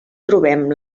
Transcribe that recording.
trobem